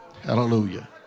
Hallelujah